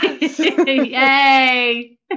Yay